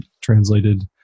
translated